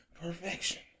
perfection